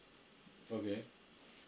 okay